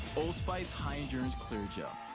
old spice high endurance clear gel.